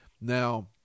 Now